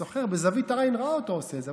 הסוחר ראה אותו בזווית העין עושה את זה,